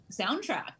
soundtrack